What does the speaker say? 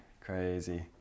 crazy